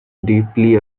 deeply